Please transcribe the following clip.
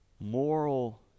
moral